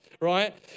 right